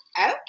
okay